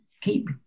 keep